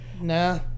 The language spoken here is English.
Nah